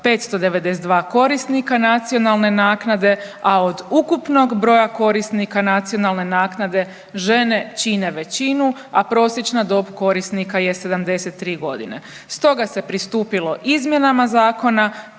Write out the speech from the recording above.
592 korisnika nacionalne naknade, a a od ukupnog broja korisnika nacionalne naknade žene čine većinu, a prosječna dob korisnika je 73 godine, stoga se pristupilo izmjenama zakona